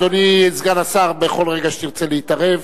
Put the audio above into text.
אדוני סגן השר, בכל רגע שתרצה להתערב.